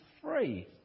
free